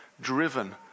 driven